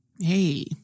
Hey